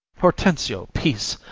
hortensio, peace!